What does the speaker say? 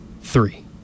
three